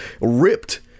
ripped